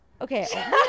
okay